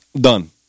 done